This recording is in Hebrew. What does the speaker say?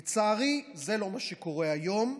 לצערי, זה לא מה שקורה היום.